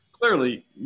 clearly